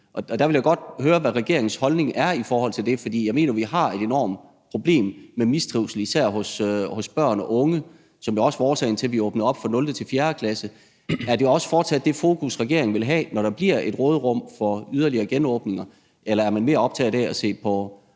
Jeg vil godt høre, hvad regeringens holdning er til det, for jeg mener, at vi har et enormt problem med mistrivsel især hos børn og unge, hvilket jo også er årsagen til, at vi åbner op for 0.-4. klasse. Er det også fortsat det fokus, regeringen vil have, når der bliver et råderum for yderligere genåbning, eller er man mere optaget af at se på